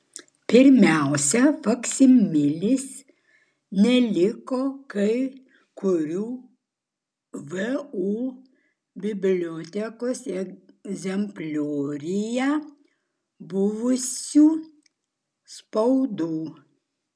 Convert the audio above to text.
pirmiausia faksimilėse neliko kai kurių vu bibliotekos egzemplioriuje buvusių spaudų